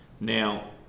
Now